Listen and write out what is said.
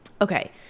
Okay